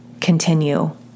continue